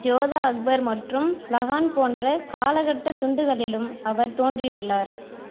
ஜோதா அக்பர் மற்றும் லகான் போன்ற காலகட்டத் துண்டுகளிலும் அவர் தோன்றியுள்ளார்